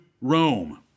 Rome